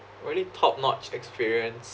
really top notch experience